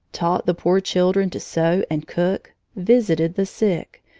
taught the poor children to sew and cook, visited the sick,